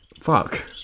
fuck